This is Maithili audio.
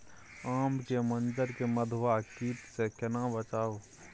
आम के मंजर के मधुआ कीट स केना बचाऊ?